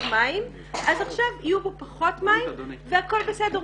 מים ועכשיו יהיו בו פחות מים והכול בסדר,